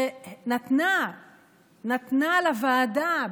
שנתנה לוועדה,